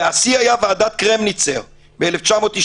והשיא היה ועדת קרמניצר ב-1992,